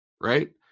right